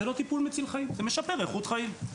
זה לא טיפול מציל חיים זה משפר איכות חיים.